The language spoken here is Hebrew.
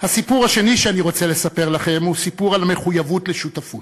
הסיפור השני שאני רוצה לספר לכם הוא סיפור על מחויבות לשותפות.